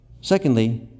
Secondly